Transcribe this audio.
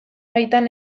baitan